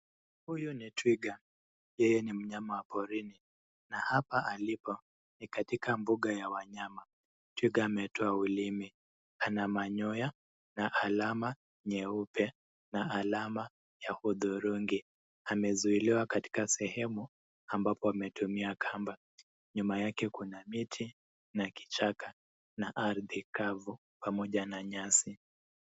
Huyu ni twiga yeye ni mnyama wa porini na hapa alipo ni katika mbuga ya wanyama. Twiga ametoa ulimi. Ana manyoya na alama nyeupe na alama ya hudhurungi. Amezuiliwa katika sehemu ambapo wametumia kamba. Nyuma yake kuna miti na kichaka na ardhi kavu pamoja na nyasi.